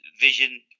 vision